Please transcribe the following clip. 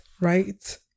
right